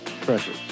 Pressure